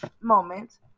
moment